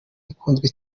ikunzwe